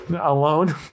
alone